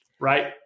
right